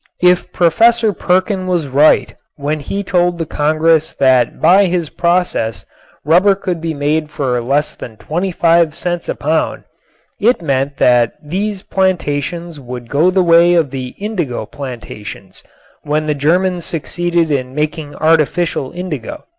if professor perkin was right when he told the congress that by his process rubber could be made for less than twenty five cents a pound it meant that these plantations would go the way of the indigo plantations when the germans succeeded in making artificial indigo.